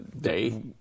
day